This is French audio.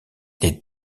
les